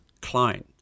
Klein